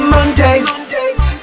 Mondays